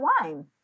wine